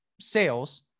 sales